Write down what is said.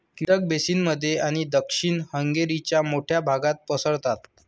कीटक बेसिन मध्य आणि दक्षिण हंगेरीच्या मोठ्या भागात पसरतात